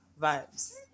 vibes